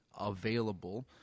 available